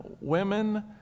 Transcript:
women